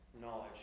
knowledge